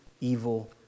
evil